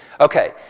Okay